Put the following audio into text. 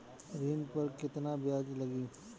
ऋण पर केतना ब्याज लगी?